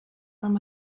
from